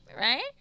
Right